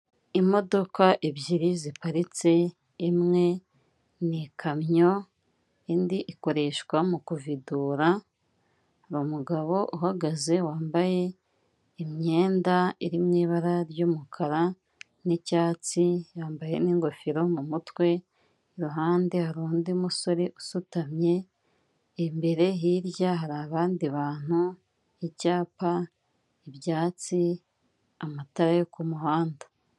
Imodoka ebyiri ziparitse, imwe n'ikamyo, indi ikoreshwa mu kuvidura, hari umugabo uhagaze wambaye imyenda iri mw'ibara ry'umukara n'icyatsi, yambaye n'ingofero mu mutwe, iruhande hari undi musore usutamye, imbere hirya hari abandi bantu, icyapa, ibyatsi, amatara yo ku muhanda.